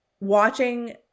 watching